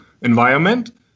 environment